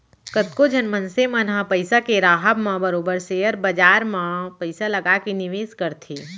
कतको झन मनसे मन ह पइसा के राहब म बरोबर सेयर बजार म पइसा लगा के निवेस करथे